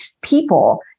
people